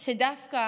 טוב שדווקא